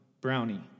Brownie